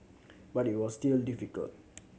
but it was still difficult